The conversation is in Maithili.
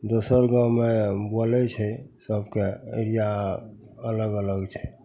दोसर गाममे बोलै छै सभके एरिआ अलग अलग छै